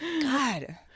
God